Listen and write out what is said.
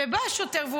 ובא שוטר,